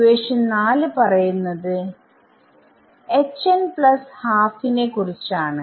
equation 4 പറയുന്നത് Hn ½ നെ കുറിച്ചാണ്